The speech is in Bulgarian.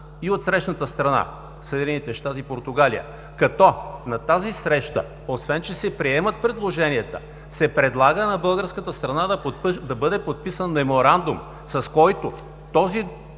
и отсрещната страна – Съединените щати и Португалия, като на тази среща, освен че се приемат предложенията, се предлага на българската страна да бъде подписан Меморандум, с който този